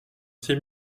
c’est